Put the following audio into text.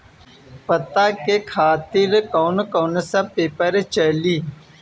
पता के खातिर कौन कौन सा पेपर चली?